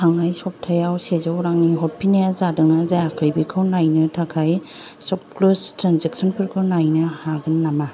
थांनाय सप्तायाव सेजौ रांनि हरफिन्नाया जादोंना जायाखै बेखौ नायनो थाखाय सपक्लुस ट्रेन्जेकसनफोरखौ नायनो हागोन नामा